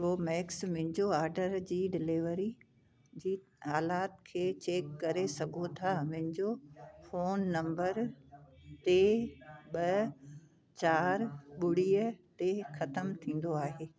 pro max मुंहिंजो order जी delivery जी हालति खे चैक करे सघो था मुंहिंजो फोन नंबर ते ॿ चारि ॿुड़ीअ ते ख़तम थींदो आहे